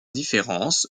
différences